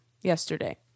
yesterday